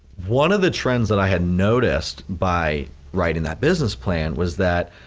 one of the trends that i had noticed by writing that business plan, was that